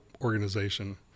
organization